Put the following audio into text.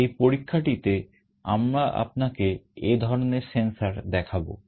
এই পরীক্ষাটিতে আমরা আপনাকে এ ধরনের sensor দেখাবো